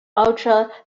ultra